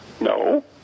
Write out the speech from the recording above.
no